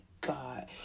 god